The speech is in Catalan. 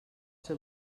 ser